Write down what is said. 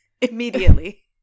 immediately